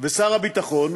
ושר הביטחון